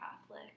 Catholic